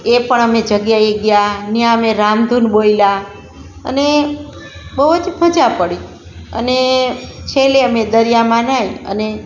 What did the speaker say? એ પણ અમે જગ્યાએ ગયા ત્યાં અમે રામધૂન બોલ્યાં અને બહુ જ મજા પડી અને છેલ્લે અમે દરિયામાં નાહી અને